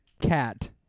cat